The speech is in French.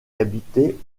habitait